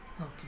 Okay